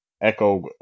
Echo